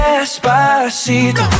Despacito